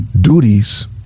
duties